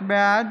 בעד